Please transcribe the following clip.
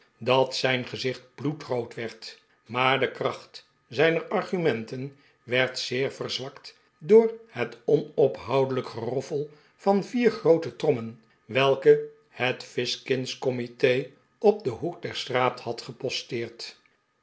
dat zijn gezicht bloedrood werd maar de kracht zijner argument en werd zeer verzwakt door het onophoudelijk geroffel van vier groote trommen welke het fizkin's comite op den hoek der straat had geposteerd